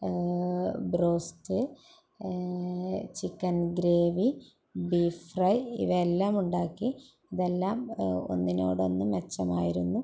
broast chicken gravy beef fry ഇവയെല്ലാമുണ്ടാക്കി ഇതെല്ലാം ഒന്നിനോടൊന്ന് മെച്ചമായിരുന്നു